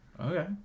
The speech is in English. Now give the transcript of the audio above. okay